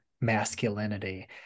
masculinity